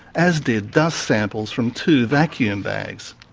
as did dust samples from two vacuum bags.